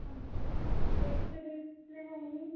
اچھا تو اِس کے ریٹ کتنے ہوں گے